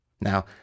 Now